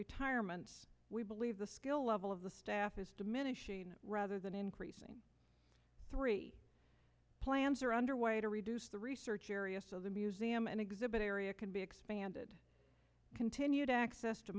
retirements we believe the skill level of the staff is diminishing rather than increasing three plans are underway to reduce the research area so the museum and exhibit area can be expanded continued access to